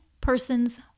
person's